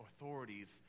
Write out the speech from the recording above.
authorities